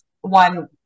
one